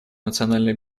национальной